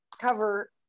cover